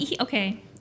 Okay